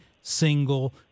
single